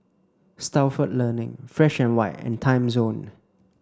Stalford Learning Fresh White and Timezone